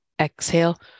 Exhale